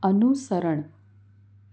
અનુસરણ